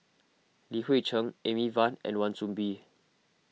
Li Hui Cheng Amy Van and Wan Soon Bee